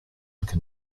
can